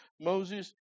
Moses